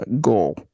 goal